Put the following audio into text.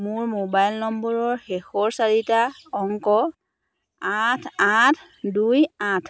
মোৰ মোবাইল নম্বৰৰ শেষৰ চাৰিটা অংক আঠ আঠ দুই আঠ